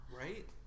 right